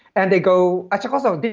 and they go achacoso,